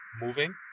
moving